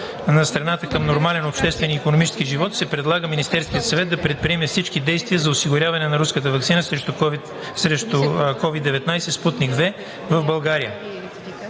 на страната към нормален обществен и икономически живот, се предлага Министерският съвет да предприеме всички действия за осигуряването на руската ваксина срещу COVID-19 „Спутник V“ в България.